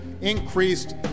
increased